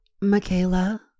Michaela